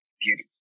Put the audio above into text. beauty